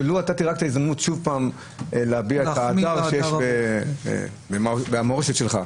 ולו נתת לי רק את ההזדמנות שוב פעם להביע את ה --- והמורשת שלך.